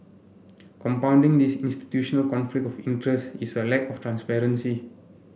compounding this institutional conflict of interest is a lack of transparency